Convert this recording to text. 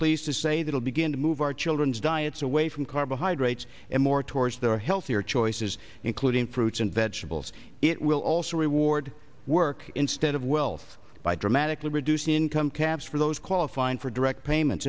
pleased to say they will begin to move our children's diets away from carbohydrates and more towards their healthier choices including fruits and vegetables it will also reward work instead of wealth by dramatically reduced income caps for those qualifying for direct payments